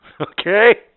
Okay